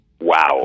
Wow